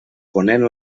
ponent